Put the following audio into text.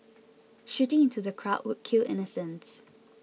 shooting into the crowd would kill innocents